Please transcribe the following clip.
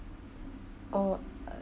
or uh